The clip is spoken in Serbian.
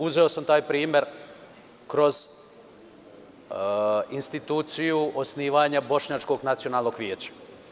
Uzeo sam taj primer kroz instituciju osnivanja Bošnjačkog nacionalnog vijeća.